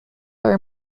are